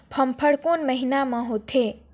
फाफण कोन महीना म होथे?